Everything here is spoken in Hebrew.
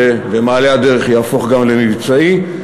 שבמעלה הדרך יהפוך גם למבצעי.